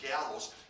gallows